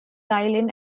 island